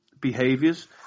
Behaviors